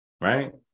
Right